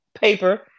Paper